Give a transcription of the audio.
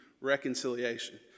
reconciliation